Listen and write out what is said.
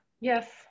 Yes